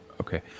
okay